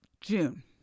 June